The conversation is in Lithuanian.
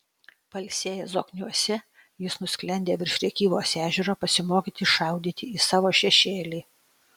pailsėjęs zokniuose jis nusklendė virš rėkyvos ežero pasimokyti šaudyti į savo šešėlį